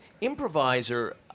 improviser